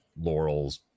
Laurel's